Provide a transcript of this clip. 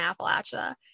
Appalachia